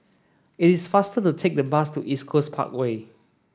it is faster to take the bus to East Coast Parkway